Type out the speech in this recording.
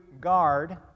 guard